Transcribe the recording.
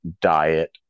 diet